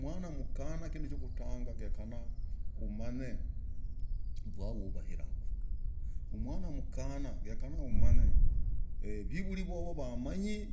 Mwanaah mkanah kinduu chakutagah genyekana umanye vuaa uravairaku mwana mkanah gekanah umanye ee vivurii umanyii